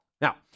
Now